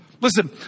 Listen